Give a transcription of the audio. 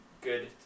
good